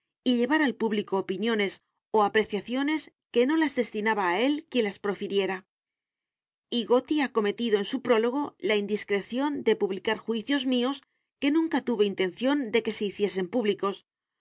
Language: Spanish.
y llevar al público opiniones o apreciaciones que no las destinaba a él quien las profiriera y goti ha cometido en su prólogo la indiscreción de publicar juicios míos que nunca tuve intención de que se hiciesen públicos